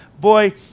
Boy